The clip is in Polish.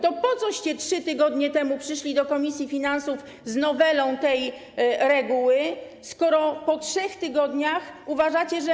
To po coście 3 tygodnie temu przyszli do komisji finansów z nowelą tej reguły, skoro po 3 tygodniach uważacie inaczej?